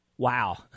Wow